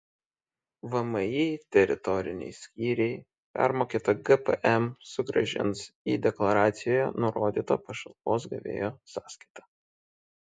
vmi teritoriniai skyriai permokėtą gpm sugrąžins į deklaracijoje nurodytą pašalpos gavėjo sąskaitą